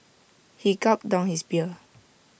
he gulped down his beer